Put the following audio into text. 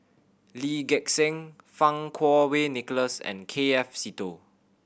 Lee Gek Seng Fang Kuo Wei Nicholas and K F Seetoh